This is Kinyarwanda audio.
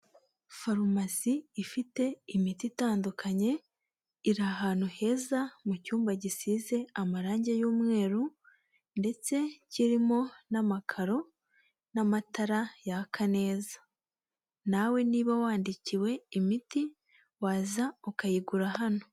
Farumasi ifite imiti itandukanye, iri ahantu heza mu cyumba gisize amarange y'umweru ndetse kirimo n'amakaro n'amatara yaka neza. Nawe niba wandikiwe imiti, waza ukayigura hano.